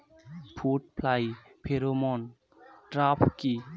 Fruit fly pheromone trap কি?